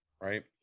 right